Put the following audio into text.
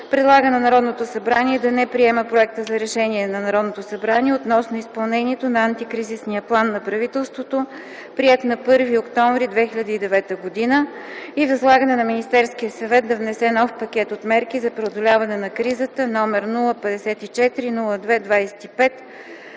Предлага на Народното събрание да не приема Проекта за решение на Народното събрание относно изпълнението на Антикризисния план на правителството, приет на 1.10.2009 г. и възлагане на Министерския съвет да внесе нов пакет от мерки за преодоляване на кризата, № 054-02-25,